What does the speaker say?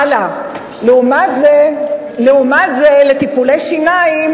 הלאה, לעומת זה, לטיפולי שיניים